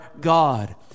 God